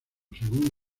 según